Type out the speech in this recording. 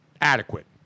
adequate